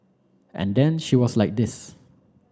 and then she was like this